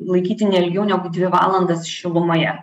laikyti ne ilgiau negu dvi valandas šilumoje